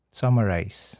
summarize